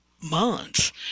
months